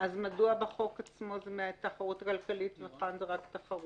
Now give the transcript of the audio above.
אז מדוע בחוק עצמו זה התחרות הכלכלית וכאן זה רק תחרות?